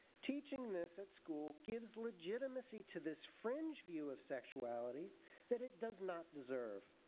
teaching this at school gives legitimacy to this fringe view of sexuality that it does not deserve.